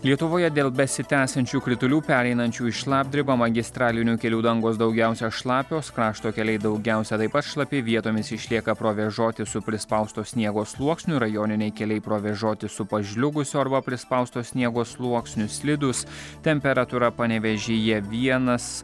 lietuvoje dėl besitęsiančių kritulių pereinančių į šlapdribą magistralinių kelių dangos daugiausia šlapios krašto keliai daugiausia taip pat šlapi vietomis išlieka provėžoti su prispausto sniego sluoksniu rajoniniai keliai provėžoti su pažliugusio arba prispausto sniego sluoksniu slidūs temperatūra panevėžyje vienas